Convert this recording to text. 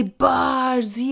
bars